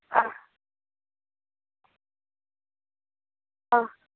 ஆ ஆ